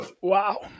Wow